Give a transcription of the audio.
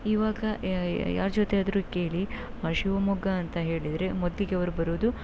ಇವಾಗ ಯಾರ ಜೊತೆಯಾದ್ರೂ ಕೇಳಿ ಶಿವಮೊಗ್ಗ ಅಂತ ಹೇಳಿದರೆ ಮೊದಲಿಗೆ ಅವ್ರ ಬರೋದು